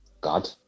God